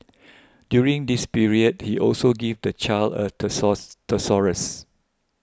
during this period he also gave the child a thesaurus